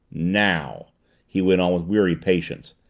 now he went on with weary patience,